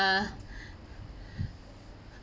~(uh)